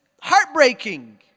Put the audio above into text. heartbreaking